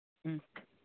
ꯎꯝ